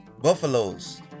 buffaloes